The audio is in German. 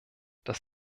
dass